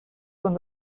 von